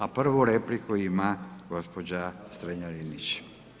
A prvu repliku ima gospođa Strenja-Linić.